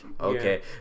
okay